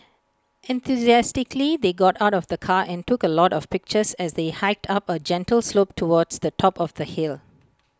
enthusiastically they got out of the car and took A lot of pictures as they hiked up A gentle slope towards the top of the hill